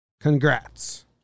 Congrats